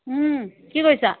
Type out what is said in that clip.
কি কৰিছা